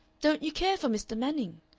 don't you care for mr. manning?